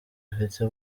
afite